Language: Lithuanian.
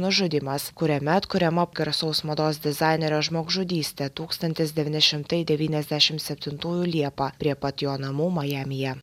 nužudymas kuriame atkuriama garsaus mados dizainerio žmogžudystė tūkstantis devyni šimtai devyniasdešim septintųjų liepą prie pat jo namų majamyje